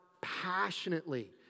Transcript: passionately